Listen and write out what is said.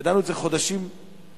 וידענו את זה חודשים אחורה,